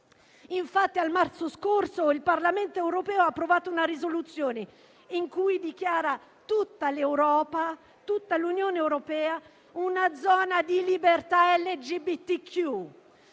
Nel marzo scorso il Parlamento europeo ha approvato una risoluzione, in cui dichiara tutta l'Unione europea una zona di libertà LGBTIQ.